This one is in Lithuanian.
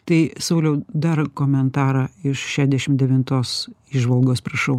tai sauliau dar komentarą ir iš šešiasdešimt devintos įžvalgos prašau